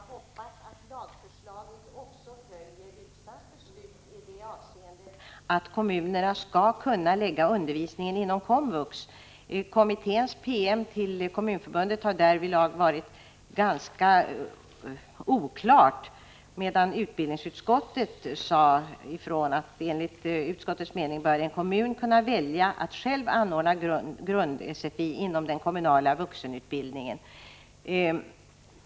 Herr talman! Jag hoppas att lagförslaget också följer riksdagens beslut i det avseendet, att kommunerna skall kunna lägga denna undervisning inom komvux. Kommitténs promemoria till Kommunförbundet har därvidlag varit ganska oklar, medan utbildningsutskottet sade ifrån att enligt utskottets mening bör en kommun kunna välja att själv anordna grund-SFI inom den kommunala vuxenutbildningen.